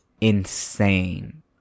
Insane